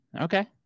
Okay